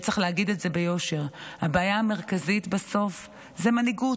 וצריך להגיד את זה ביושר: הבעיה המרכזית בסוף זה מנהיגות,